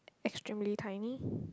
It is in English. extremely tiny